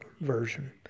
version